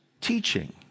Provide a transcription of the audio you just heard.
teaching